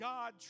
God